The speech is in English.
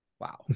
Wow